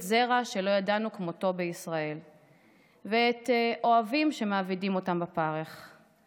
/ זרע שלא ידענו כמותו בישראל / ואת / אוהבים שמעבידים אותם בפרך /